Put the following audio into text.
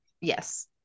yes